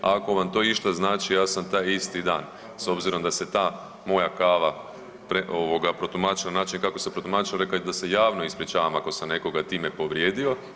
Ako vam to išta znači ja sam taj isti dan, s obzirom da se ta moja kava protumačila na način kako se protumačila, rekao da se javno ispričavam ako sam nekoga time povrijedio.